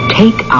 take